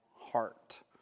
heart